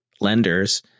lenders